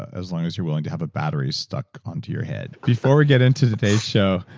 as long as you're willing to have a battery stuck onto your head before we get into today's show.